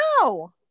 no